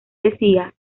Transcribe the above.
decía